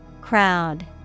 Crowd